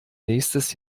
nächstes